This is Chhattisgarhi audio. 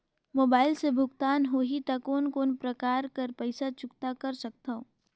मोबाइल से भुगतान होहि त कोन कोन प्रकार कर पईसा चुकता कर सकथव?